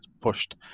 pushed